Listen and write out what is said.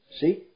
See